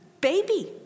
baby